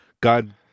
God